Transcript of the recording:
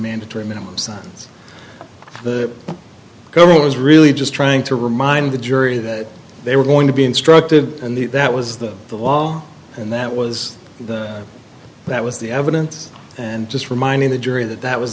mandatory minimum sentence the government was really just trying to remind the jury that they were going to be instructed and that was the law and that was that was the evidence and just reminding the jury that that was